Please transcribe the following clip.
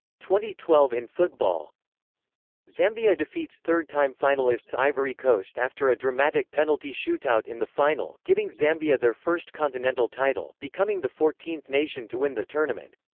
twelve in football zambia defeats third-time finalists ivory coast after a dramatic penalty shootout in the final, giving zambia their first continental title, becoming the fourteenth nation to win the tournament.